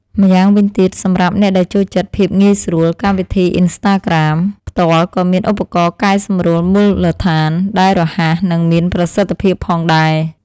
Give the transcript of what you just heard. ម្យ៉ាងវិញទៀត សម្រាប់អ្នកដែលចូលចិត្តភាពងាយស្រួល កម្មវិធី អ៊ីនស្តាក្រាម ផ្ទាល់ក៏មានឧបករណ៍កែសម្រួលមូលដ្ឋានដែលរហ័ស និងមានប្រសិទ្ធភាពផងដែរ។